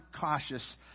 cautious